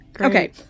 Okay